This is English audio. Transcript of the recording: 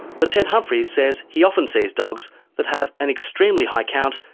but ted humphries says he often sees dogs that have an extremely high count,